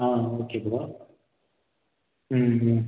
ஆ okay bro ம் ம்